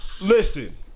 Listen